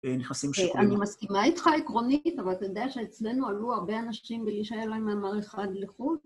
ונכנסים שיקולים. אה... אני מסכימה איתך עקרונית, אבל אתה יודע שאצלנו עלו הרבה אנשים בלי שהיה להם מאמר אחד בחו"ל.